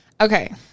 Okay